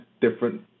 different